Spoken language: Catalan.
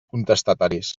contestataris